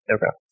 Okay